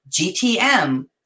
GTM